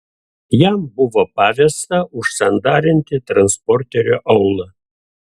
jam buvo pavesta užsandarinti transporterio aulą